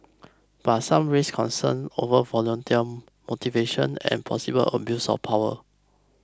but some raised concern over volunteer motivation and possible abuse of power